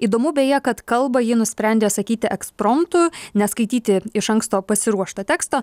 įdomu beje kad kalbą ji nusprendė sakyti ekspromtu neskaityti iš anksto pasiruošto teksto